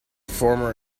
former